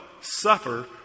Suffer